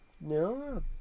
No